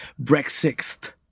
Brexit